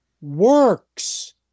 works